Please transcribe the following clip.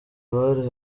bari